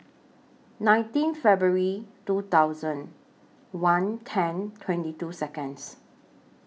nineteen February two thousand one ten twenty two Seconds